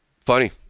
funny